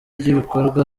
ry’ibikorwa